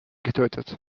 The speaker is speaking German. getötet